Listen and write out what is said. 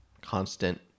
constant